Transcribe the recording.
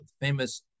famous